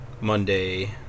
Monday